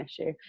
issue